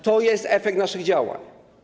To jest efekt naszych działań.